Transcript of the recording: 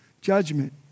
judgment